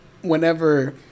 Whenever